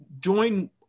join